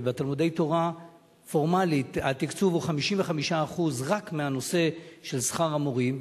בתלמודי-התורה פורמלית התקצוב הוא 55% רק בנושא של שכר המורים,